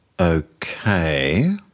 Okay